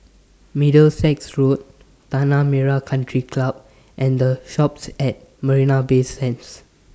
Middlesex Road Tanah Merah Country Club and The Shoppes At Marina Bay Sands